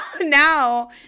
now